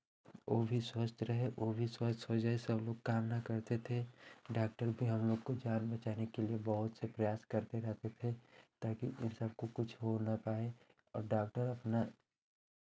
वो भी स्वस्थ रहे वो भी स्वस्थ हो जाए सब लोग कामना करते थे डाक्टर भी हम लोग को जान बचाने के लिए बहुत से प्रयास करते रहते थे ताकि इन सबको कुछ हो ना पाए और डाक्टर अपना